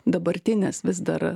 dabartinis vis dar